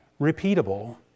repeatable